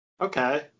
Okay